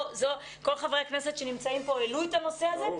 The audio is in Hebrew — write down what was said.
כל חברי הכנסת שנמצאים פה העלו את הנושא הזה.